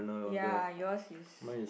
ya your is